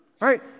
right